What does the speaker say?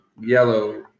yellow